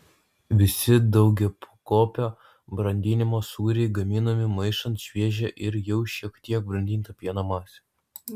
visi daugiapakopio brandinimo sūriai gaminami maišant šviežią ir jau šiek tiek brandintą pieno masę